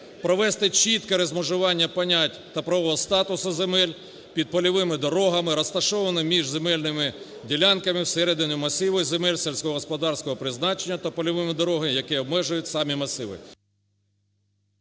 Провести чітке розмежування понять та правового статусу земель під польовими дорогами, розташованими між земельними ділянки в середині масиву земель сільськогосподарського призначення, та польовими дорогами, яке обмежують самі масиви.